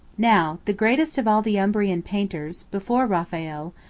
now, the greatest of all the umbrian painters, before raphael,